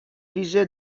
ویژه